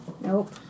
Nope